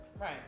Right